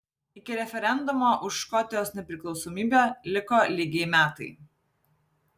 iki referendumo už škotijos nepriklausomybę liko lygiai metai